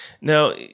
Now